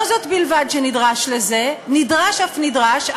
לא זו בלבד שנדרש לזה, נדרש אף נדרש.